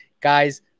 guys